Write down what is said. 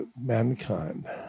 mankind